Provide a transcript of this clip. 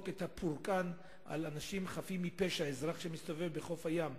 את הפורקן על אנשים חפים מפשע אזרח שמסתובב בחוף הים.